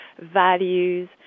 values